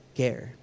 care